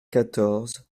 quatorze